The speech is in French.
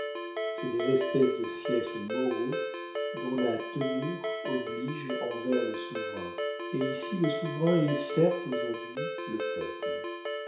des espèces de fiefs moraux dont la tenure oblige envers le souverain et ici le souverain est certes aujourd'hui le peuple